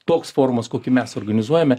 toks forumas kokį mes organizuojame